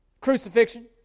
Crucifixion